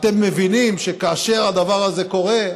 אתם מבינים שכאשר הדבר הזה קורה,